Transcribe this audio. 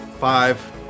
Five